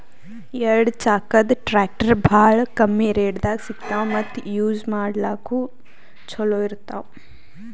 ಎರಡ ಚಾಕದ್ ಟ್ರ್ಯಾಕ್ಟರ್ ಭಾಳ್ ಕಮ್ಮಿ ರೇಟ್ದಾಗ್ ಸಿಗ್ತವ್ ಮತ್ತ್ ಯೂಜ್ ಮಾಡ್ಲಾಕ್ನು ಛಲೋ ಇರ್ತವ್